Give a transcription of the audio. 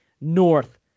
north